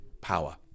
power